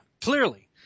clearly